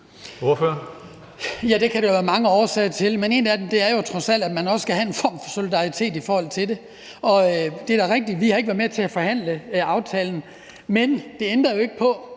Det kan der jo være mange årsager til, men en af dem er jo trods alt, at man også skal have en form for solidaritet i forhold til det. Og det er da rigtigt, at vi ikke har været med til at forhandle aftalen, men det ændrer jo ikke på,